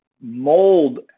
mold